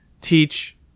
Teach